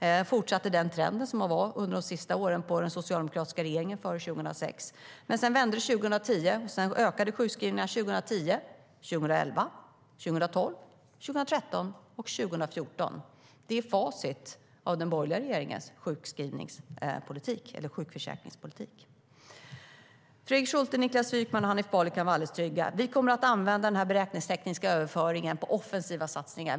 Det var en fortsättning på den trend som hade varit under de sista åren med den socialdemokratiska regeringen, före 2006. Sedan vände det 2010, och därefter ökade sjukskrivningarna 2010, 2011, 2012, 2013 och 2014. Det är facit av den borgerliga regeringens sjukförsäkringspolitik. Fredrik Schulte, Niklas Wykman och Hanif Bali kan vara alldeles trygga. Vi kommer att använda den beräkningstekniska överföringen på offensiva satsningar.